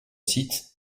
site